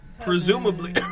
presumably